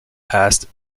passed